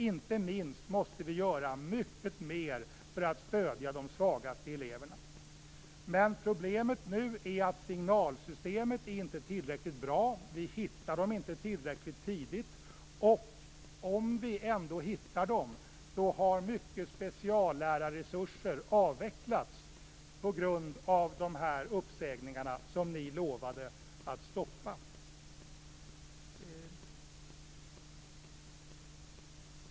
Inte minst måste vi göra mycket mer för att stödja de svagaste eleverna. Men problemet nu är att signalsystemet inte är tillräckligt bra. Vi hittar dem inte tillräckligt tidigt, och om vi ändå hittar dem är problemet att mycket av speciallärarresurserna har avvecklats på grund av de uppsägningar som ni lovade att stoppa.